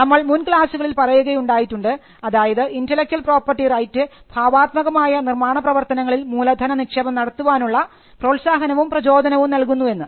നമ്മൾ മുൻ ക്ലാസുകളിൽ പറയുകയുണ്ടായിട്ടുണ്ട് അതായത് ഇന്റെലക്ച്വൽ പ്രോപ്പർട്ടി റൈറ്റ് ഭാവാത്മകമായ നിർമ്മാണപ്രവർത്തനങ്ങളിൽ മൂലധന നിക്ഷേപം നടത്തുവാനുള്ള പ്രോത്സാഹനവും പ്രചോദനവും നൽകുന്നു എന്ന്